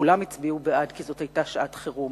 וכולם הצביעו בעד, כי זאת היתה שעת חירום.